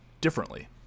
differently